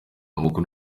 makuru